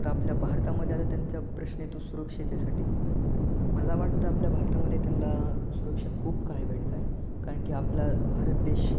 तर आपल्या भारतामध्ये आता त्यांचा प्रश्न येतो सुरक्षितेसाठी मला वाटतं आपल्या भारतामध्ये त्यांना सुरक्षा खूप काही भेटत आहे कारण की आपला भारत देश